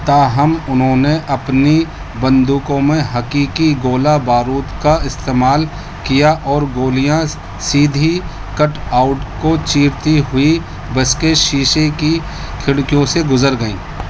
تاہم انہوں نے اپنی بندوقوں میں حقیقی گولہ بارود کا استعمال کیا اور گولیاں سیدھی کٹ آؤٹ کو چیرتی ہوئی بس کے شیشے کی کھڑکیوں سے گزر گئیں